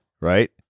Right